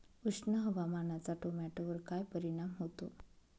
उष्ण हवामानाचा टोमॅटोवर काय परिणाम होतो?